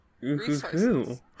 resources